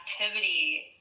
activity